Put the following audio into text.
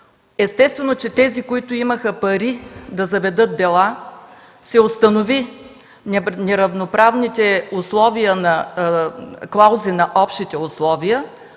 Естествено, при тези, които имаха пари да заведат дела, се установиха неравноправните клаузи на общите условия,